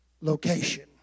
location